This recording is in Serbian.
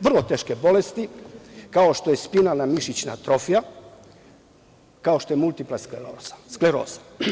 vrlo teške bolesti kao što je spinalna mišićna atrofija, kao što je multiplasskleroza.